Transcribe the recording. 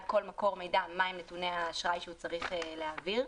כל מקור מידע מהם נתוני האשראי שהוא צריך להעביר.